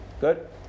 Good